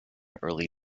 early